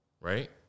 right